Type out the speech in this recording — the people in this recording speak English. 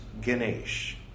Ganesh